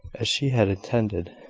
as she had intended.